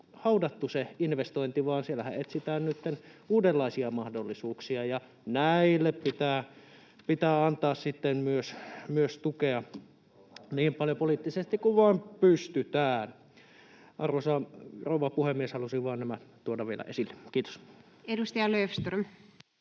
haudattu se investointi, vaan siellähän etsitään nytten uudenlaisia mahdollisuuksia. Ja näille pitää antaa sitten myös poliittisesti niin paljon tukea kuin vain pystytään. Arvoisa rouva puhemies! Halusin vaan nämä tuoda vielä esille. — Kiitos. [Speech 193]